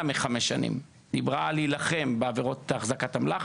מחמש שנים דיברה על להילחם בעבירות החזקת אמל"ח,